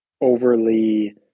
overly